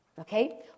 okay